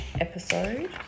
episode